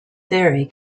vary